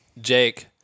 Jake